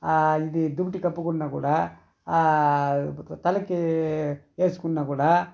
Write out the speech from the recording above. ఇది దుప్పటి కప్పుకున్న కూడా తలకి వేసుకున్నా కూడా